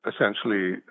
essentially